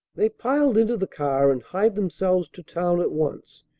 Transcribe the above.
they piled into the car, and hied themselves to town at once,